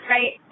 Right